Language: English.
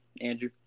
Andrew